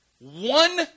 One